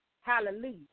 Hallelujah